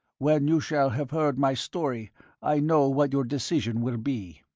when you shall have heard my story i know what your decision will be.